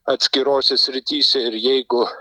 atskirose srityse ir jeigu